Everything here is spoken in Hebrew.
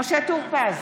משה טור פז,